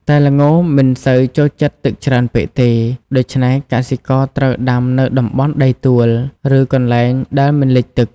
តែល្ងមិនសូវចូលចិត្តទឹកច្រើនពេកទេ ដូច្នេះកសិករត្រូវដាំនៅតំបន់ដីទួល ឬកន្លែងដែលមិនលិចទឹក។